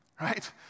right